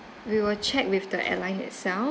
we will check with the airline itself